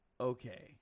okay